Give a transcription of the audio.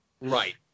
Right